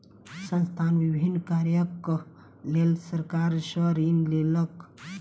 संस्थान विभिन्न कार्यक लेल सरकार सॅ ऋण लेलक